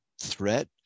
threat